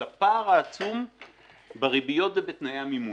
של הפער העצום בריביות ובתנאי המימון.